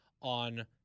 on